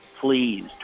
pleased